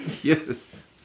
Yes